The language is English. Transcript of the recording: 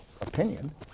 opinion